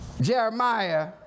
Jeremiah